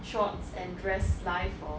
shorts and dress life for